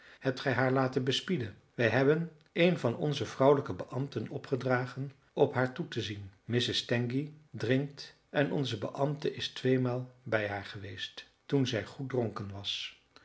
gij haar laten bespieden wij hebben een van onze vrouwelijke beambten opgedragen op haar toe te zien mrs tangey drinkt en onze beambte is tweemaal bij haar geweest toen zij goed dronken was